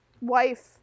wife